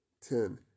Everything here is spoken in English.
Ten